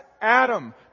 Adam